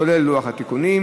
כולל לוח התיקונים.